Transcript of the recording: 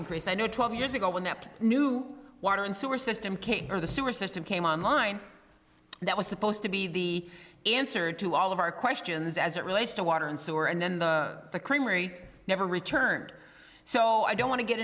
increase i knew twelve years ago when that new water and sewer system came or the sewer system came on line that was supposed to be the answer to all of our questions as it relates to water and sewer and then the creamery never returned so i don't want to get